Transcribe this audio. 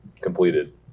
completed